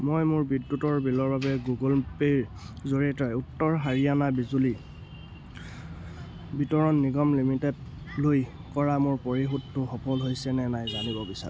মই মোৰ বিদ্যুতৰ বিলৰ বাবে গুগল পে'ৰ জৰিয়তে উত্তৰ হাৰিয়ানা বিজুলী বিতৰণ নিগম লিমিটেডলৈ কৰা মোৰ পৰিশোধটো সফল হৈছে নে নাই জানিব বিচাৰোঁ